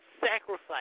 sacrifice